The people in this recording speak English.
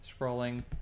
scrolling